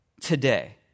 today